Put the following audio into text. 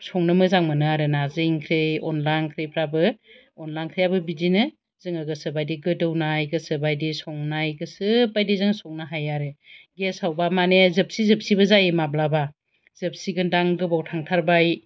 संनो मोजां मोनो आरो नार्जि ओंख्रि अनला ओंख्रिफोराबो अनला ओंख्रियाबो बिदिनो जोङो गोसो बायदि गोदौनाय गोसो बायदि संनाय गोसो बायदि जों संनो हायो आरो गेसआवबा माने जोबसि जोबसिबो जायो माब्लाबा जोबसिगोनदां गोबाव थांथारबाय